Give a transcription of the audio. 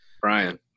Brian